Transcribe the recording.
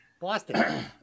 Boston